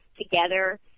together